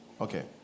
Okay